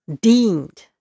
deemed